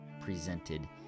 presented